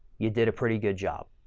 you did a pretty good job.